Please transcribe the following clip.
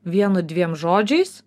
vienu dviem žodžiais